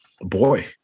Boy